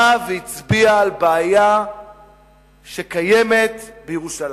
ובא והצביע על בעיה שקיימת בירושלים.